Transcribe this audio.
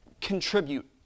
contribute